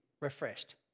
refreshed